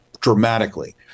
dramatically